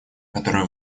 которая